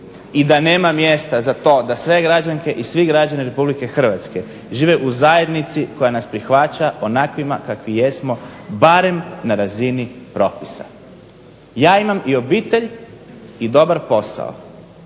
i da nema mjesta za to da sve građanke i svi građani Republike Hrvatske žive u zajednici koja nas prihvaća onakvima kakvi jesmo barem na razini propisa. Ja imam i obitelj i dobar posao